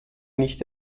nicht